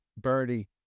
birdie